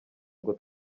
ngo